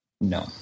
no